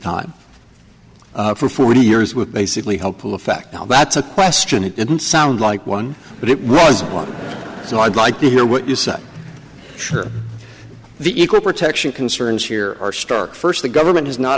time for forty years with basically helpful effect al that's a question it didn't sound like one but it was one so i'd like to hear what you say the equal protection concerns here are stark first the government has not